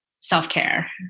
self-care